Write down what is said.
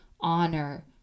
honor